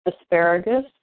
asparagus